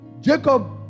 Jacob